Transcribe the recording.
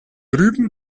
drüben